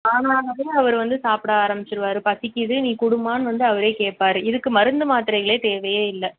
தானாகவே அவர் வந்து சாப்பிட ஆரம்பிச்சிருவார் பசிக்குது நீ கொடும்மான்னு வந்து அவரே கேட்பாரு இதுக்கு மருந்து மாத்திரைகளே தேவையே இல்லை